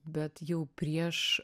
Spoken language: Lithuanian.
bet jau prieš